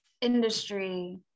industry